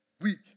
week